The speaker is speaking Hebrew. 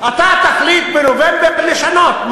אתה תחליט בנובמבר לשנות?